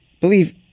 believe